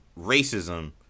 racism